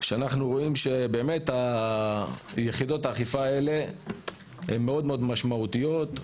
אנחנו רואים שבאמת יחידות האכיפה האלה הן מאוד מאוד משמעותיות,